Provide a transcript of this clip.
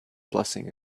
blessing